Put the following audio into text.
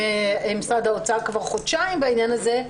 משרד האוצר כבר חודשיים בעניין הזה,